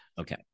Okay